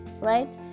right